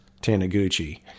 Taniguchi